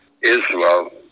Israel